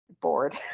bored